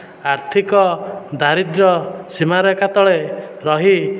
ଆର୍ଥିକ ଦାରିଦ୍ର୍ୟ ସୀମାରେଖା ତଳେ ରହି